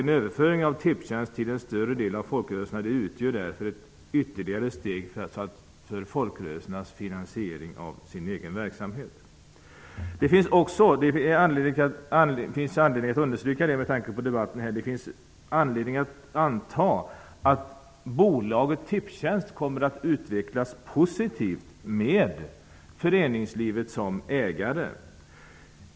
En överföring av Tipstjänst till en större del av folkrörelserna utgör därför ett ytterligare steg för folkrörelserna att finansiera sin egen verksamhet. Det finns anledning att anta att bolaget Tipstjänst, med föreningslivet som ägare, kommer att utvecklas positivt. Herr talman!